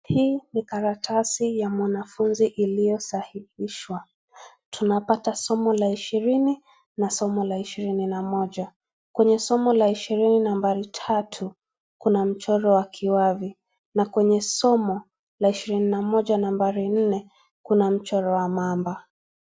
Hii ni karatasi ya mwanafunzi iliyosahihishwa. Tunapata somo la ishirini na somo la ishirini na moja. Kwenye somo la ishirini nambari tatu, kuna mchoro wa kiwavi na kwenye somo la ishirini na moja nambari nne, kuna mchoro wa mamba.